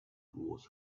was